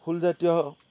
ফুলজাতীয়